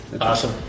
awesome